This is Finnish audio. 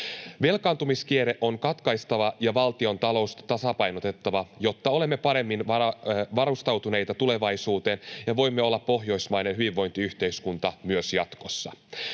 Velkaantumiskierre on katkaistava ja valtiontalous tasapainotettava, jotta olemme paremmin varustautuneita tulevaisuuteen ja voimme olla pohjoismainen hyvinvointiyhteiskunta myös jatkossa.